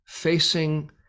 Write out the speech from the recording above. Facing